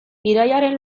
irailaren